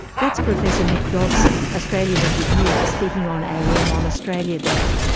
that's professor mick dodson, australian of the year, speaking on am on australia day.